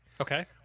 Okay